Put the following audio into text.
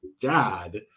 dad